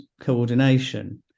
coordination